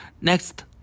Next